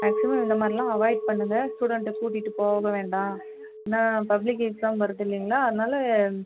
maximum இந்த மாதிரில்லாம் avoid பண்ணுங்க ஸ்டூடண்ட்டை கூட்டிகிட்டு போக வேண்டாம் ஏன்னால் பப்ளிக் எக்ஸாம் வருது இல்லைங்களா அதனால்